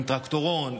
עם טרקטורון,